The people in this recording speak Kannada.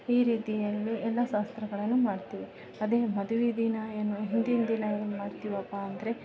ಈ ರೀತಿಯಲ್ಲಿ ಎಲ್ಲ ಶಾಸ್ತ್ರಗಳನ್ನು ಮಾಡ್ತೀವಿ ಅದೇ ಮದುವೆ ದಿನ ಏನು ಹಿಂದಿನ ದಿನ ಏನ್ಮಾಡ್ತಿವಪ ಅಂದರೆ